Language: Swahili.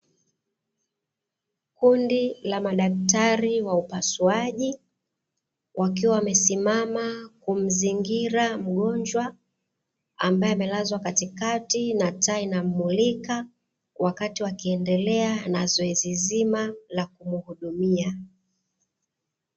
Kundi la madaktari wa upasuaji wakiwa wamesimama kumzingira mgonjwa, ambaye amelazwa katikati na taa inammulika, wakati wakiendelea na zoezi zima la kumhudumia.